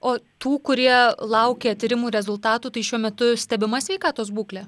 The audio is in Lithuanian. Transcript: o tų kurie laukia tyrimų rezultatų tai šiuo metu stebima sveikatos būklė